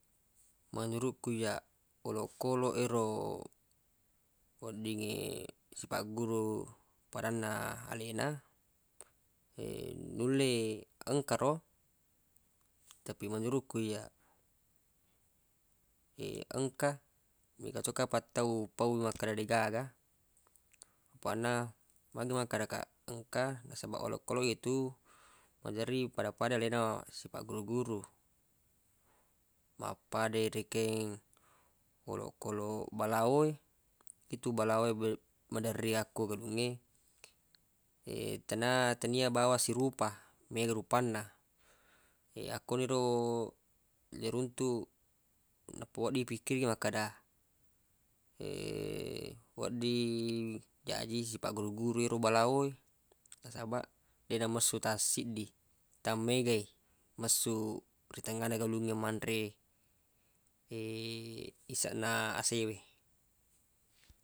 Menurukku iyyaq olokoloq ero weddingnge sipagguru padanna alena nulle engka ro tapi menurukku iyyaq engka mega to kapang tau pau wi makkeda deq gaga apaq na magi makkada kaq engka nasabaq olokoloq e tu maderri pada-pada alena sipagguru-guru mappada rekeng olokoloq balao we itu balao we maderri akko galungnge tenna tannia bawang sirupa mega rupanna akko ni ro leruntuq nappa wedding ipikkiriki makkada wedding jaji sipagguru-guru yero balao we nasabaq deq namessu tassiddi tammega i messu ri tengnga na galungnge manre iseq na ase we